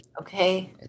okay